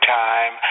time